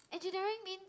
engineering means